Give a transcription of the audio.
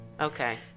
Okay